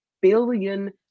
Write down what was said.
billion